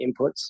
inputs